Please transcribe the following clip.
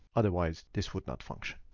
otherwise, this would not function.